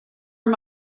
him